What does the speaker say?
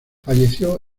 falleció